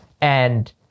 And-